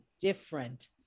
different